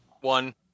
One